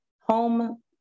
home